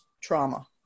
trauma